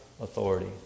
authority